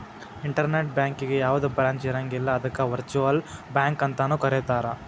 internet ಬ್ಯಾಂಕಿಗೆ ಯಾವ್ದ branch ಇರಂಗಿಲ್ಲ ಅದಕ್ಕ ವರ್ಚುಅಲ್ ಬ್ಯಾಂಕ ಅಂತನು ಕರೇತಾರ